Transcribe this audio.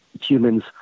humans